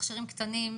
מכשירים קטנים,